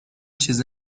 چیز